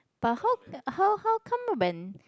but how how how come when